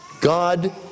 God